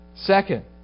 Second